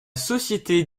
société